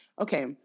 Okay